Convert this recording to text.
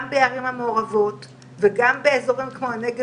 גם בערים המעורבות וגם באזורים כמו הנגב